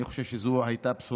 אני חושב שזו בשורה,